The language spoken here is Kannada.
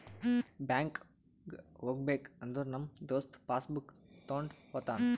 ಬ್ಯಾಂಕ್ಗ್ ಹೋಗ್ಬೇಕ ಅಂದುರ್ ನಮ್ ದೋಸ್ತ ಪಾಸ್ ಬುಕ್ ತೊಂಡ್ ಹೋತಾನ್